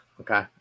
Okay